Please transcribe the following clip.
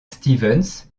stevens